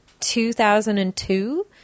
2002